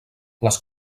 les